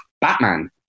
Batman